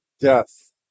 death